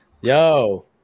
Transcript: yo